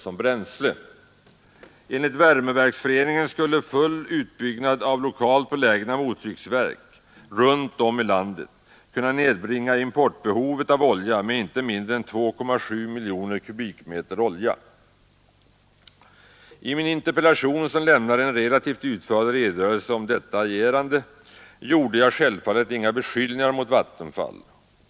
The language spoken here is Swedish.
som bränsle. Enligt Svenska värmeverksföreningen skulle full utbyggnad av lokalt belägna mottrycksverk runt om i landet kunna nedbringa importbehovet av olja med inte mindre än 2,7 miljoner kubikmeter. I min interpellation, som lämnade en relativt utförlig redogörelse om detta agerande, gjorde jag självfallet inga beskyllningar mot Vattenfall.